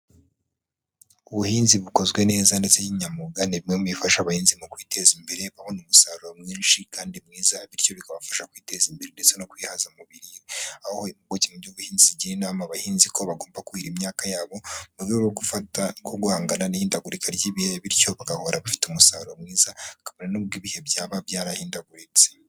Ubuhinzi bukozwe neza ndetse n'inyamwuga ni bimwe mu bifasha abahinzi mu kwiteza imbere, babona umusaruro mwinshi kandi mwiza bityo bikabafasha kwiteza imbere ndetse no kwihaza mu biribwa, aho impuguke mu by'ubuhinzi zigira inama abahinzi ko bagomba kuhira imyaka yabo mu rwego rwo guhangana n'ihindagurika ry'ibihe bityo bagahora bafite umusaruro mwiza, kabone n'ubwo ibihe byaba byarahindaguritse.